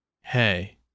Hey